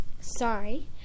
sorry